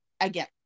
again